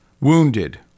wounded